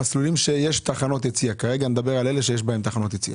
במסלולים שיש תחנות יציאה כרגע מדבר על אלה שיש בהם תחנות יציאה.